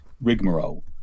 rigmarole